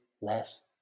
less